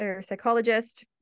psychologist